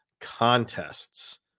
contests